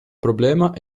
problema